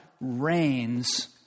reigns